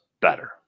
better